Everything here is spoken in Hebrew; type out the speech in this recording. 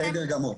בסדר גמור.